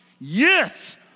Yes